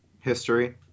History